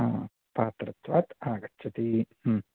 हा पात्रत्वात् आगच्छती